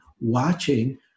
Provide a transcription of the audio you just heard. watching